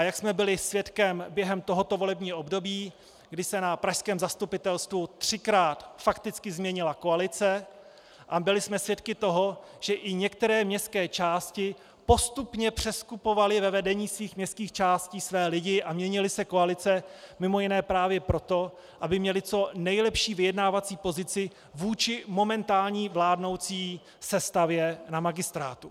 Jak jsme byli svědkem během tohoto volebního období, kdy se na pražském zastupitelstvu třikrát fakticky změnila koalice a byli jsme svědky toho, že i některé městské části postupně přeskupovaly ve vedení svých městských částí své lidi a měnily se koalice mimo jiné právě proto, aby měly co nejlepší vyjednávací pozici vůči momentální vládnoucí sestavě na magistrátu.